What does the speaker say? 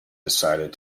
decided